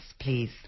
please